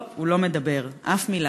לא, הוא לא מדבר, אף מילה.